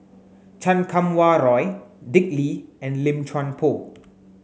Chan Kum Wah Roy Dick Lee and Lim Chuan Poh